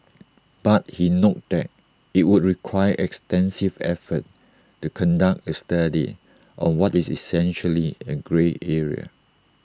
but he noted that IT would require extensive efforts to conduct A study on what is essentially A grey area